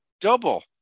double